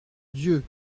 dieu